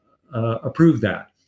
approve that.